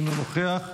אינו נוכח,